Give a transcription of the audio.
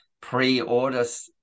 pre-orders